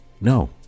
No